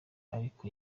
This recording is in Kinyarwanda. ariko